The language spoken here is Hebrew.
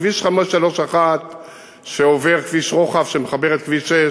כביש 531 שעובר, כביש רוחב שמחבר את כביש 6